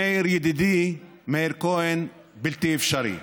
מאיר, ידידי, מאיר כהן, בלתי אפשרי.